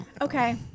Okay